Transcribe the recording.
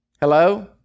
Hello